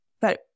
but-